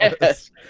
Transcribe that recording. Yes